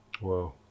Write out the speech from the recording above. Wow